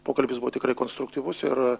pokalbis buvo tikrai konstruktyvus ir